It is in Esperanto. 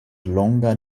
longan